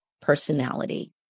personality